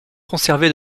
conservé